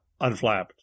unflapped